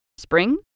Spring